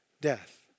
death